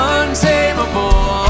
untamable